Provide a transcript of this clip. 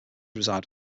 reside